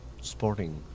sporting